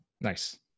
Nice